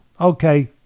Okay